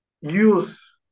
use